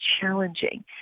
challenging